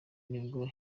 nibwo